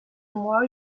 more